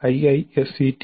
iisctagmail